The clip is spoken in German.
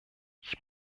ich